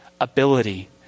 ability